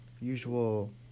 usual